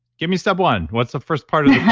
give me step one. what's the first part yeah